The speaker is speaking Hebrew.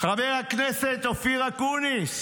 חבר הכנסת אופיר אקוניס: